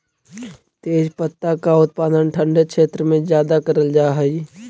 तेजपत्ता का उत्पादन ठंडे क्षेत्र में ज्यादा करल जा हई